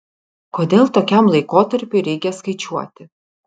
kodėl tokiam laikotarpiui reikia skaičiuoti